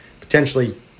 potentially